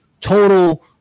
Total